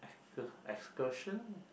excursion